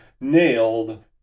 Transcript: Nailed